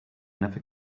never